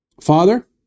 Father